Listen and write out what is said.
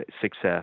success